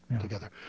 together